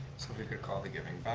so if we could call the giving back